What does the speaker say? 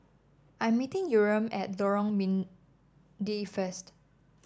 I'm meeting Yurem at Lorong Mydin first